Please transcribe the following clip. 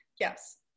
Yes